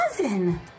cousin